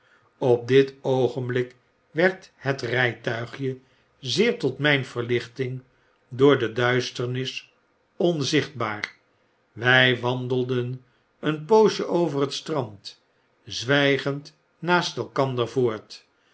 op dit oogenblik werd het rijtuigje zeer tot mijn verlichting door de duisternis onzichtbaar wij wandelden een poosje over het zand zwijgend naast elkander voort